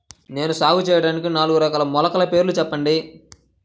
నేను సాగు చేయటానికి నాలుగు రకాల మొలకల పేర్లు చెప్పండి?